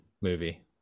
movie